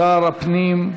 שר הפנים,